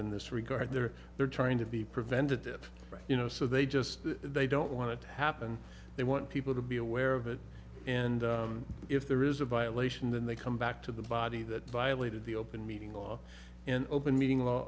in this regard they're they're trying to be preventative you know so they just they don't want it to happen they want people to be aware of it and if there is a violation then they come back to the body that violated the open meeting law an open meeting law